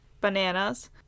bananas